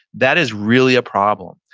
that is really a problem.